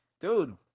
dude